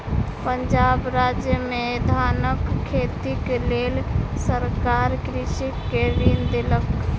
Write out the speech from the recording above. पंजाब राज्य में धानक खेतीक लेल सरकार कृषक के ऋण देलक